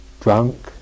drunk